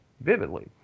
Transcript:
vividly